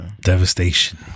Devastation